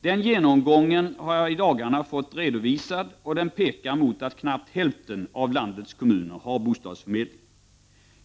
Den genomgången har jag i dagarna fått redovisad, och den pekar mot att knappt hälften av landets kommuner har bostadsförmedling.